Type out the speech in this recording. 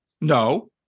No